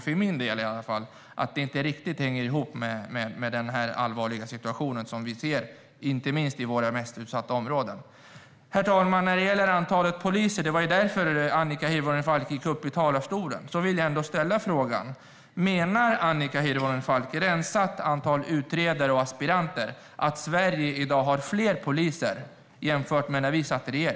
För min del tycker jag att det inte riktigt går ihop med den allvarliga situation vi ser i de mest utsatta områdena. Herr talman! Jag vill ställa en fråga när det gäller antalet poliser - det var ju därför Annika Hirvonen Falk gick upp i talarstolen. Menar Annika Hirvonen Falk att Sverige har fler poliser i dag jämfört med när vi satt i regering, om man rensar ut utredare och aspiranter?